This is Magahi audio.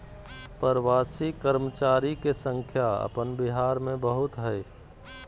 प्रवासी कर्मचारी के संख्या अपन बिहार में बहुत हइ